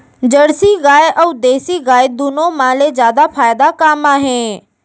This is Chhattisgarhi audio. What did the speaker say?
जरसी गाय अऊ देसी गाय दूनो मा ले जादा फायदा का मा हे?